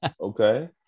okay